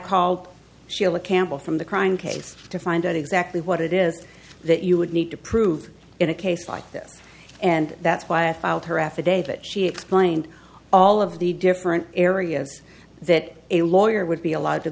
called sheila campbell from the crime case to find out exactly what it is that you would need to prove in a case like this and that's why i filed her affidavit she explained all of the different areas that a lawyer would be allowed to